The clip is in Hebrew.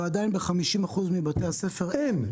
ועדיין ב-50% מבתי הספר אין.